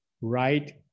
right